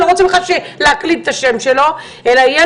לא רוצה בכלל להקליד את השם שלו אלא יהיה